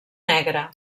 negre